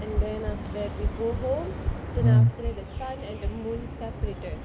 and then after that we go home then after that the sun and the moon separated